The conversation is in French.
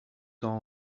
temps